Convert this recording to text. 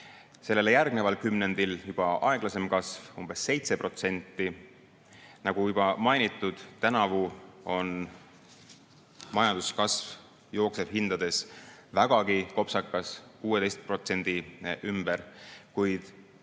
Sellele järgneval kümnendil oli juba aeglasem kasv umbes 7%. Nagu juba mainitud, tänavu on majanduskasv jooksevhindades vägagi kopsakas: 16% ümber, kuid